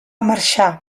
marxar